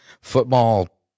football